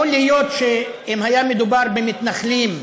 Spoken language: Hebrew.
יכול להיות שאם היה מדובר במתנחלים,